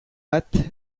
bat